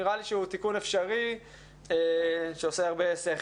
נראה לי שהוא תיקון אפשרי שעושה הרבה שכל.